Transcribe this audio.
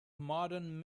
modern